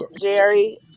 Jerry